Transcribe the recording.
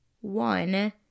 One